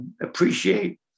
appreciate